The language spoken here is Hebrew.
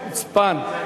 חוצפן.